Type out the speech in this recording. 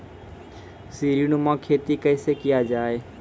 सीडीनुमा खेती कैसे किया जाय?